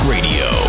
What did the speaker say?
Radio